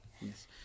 Yes